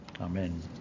Amen